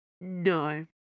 No